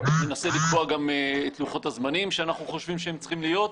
וננסה לקבוע גם את לוחות הזמנים שאנחנו חושבים שהם צריכים להיות,